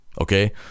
okay